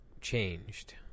changed